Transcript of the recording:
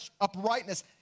uprightness